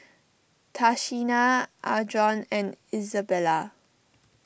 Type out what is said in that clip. Tashina Adron and Izabella